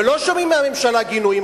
ולא שומעים מהממשלה גינויים,